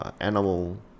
animal